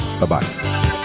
Bye-bye